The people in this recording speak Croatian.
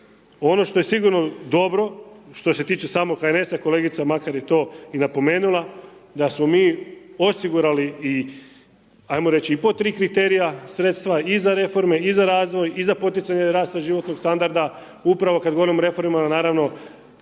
Ono što je sigurno dobro što se tiče samog HNS-a kolegica Makar je to i napomenula da smo mi osigurali i ajmo reći i po 3 kriterija sredstva i za reforme, i za razvoj i za poticanje rasta životnog standarda upravo kad govorimo o reformama naravno